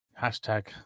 hashtag